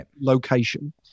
location